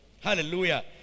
hallelujah